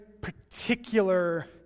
particular